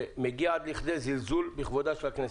שמגיעים עד לכדי זלזול בכבודה של הכנסת.